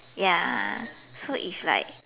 ya so if like